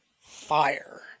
fire